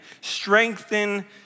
strengthen